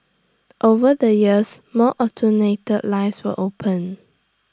over the years more automated lines were opened